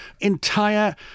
entire